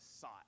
sought